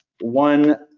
one